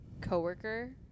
coworker